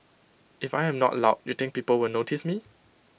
if I am not loud you think people will notice me